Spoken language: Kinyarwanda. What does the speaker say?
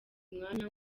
umwanya